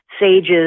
sages